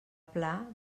pla